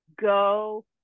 go